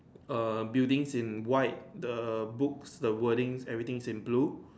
err building in white the books the wordings everything is in blue